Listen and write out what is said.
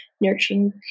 nurturing